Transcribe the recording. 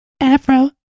Afro